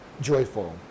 joyful